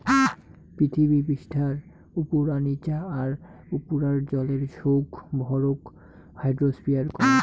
পিথীবি পিষ্ঠার উপুরা, নিচা আর তার উপুরার জলের সৌগ ভরক হাইড্রোস্ফিয়ার কয়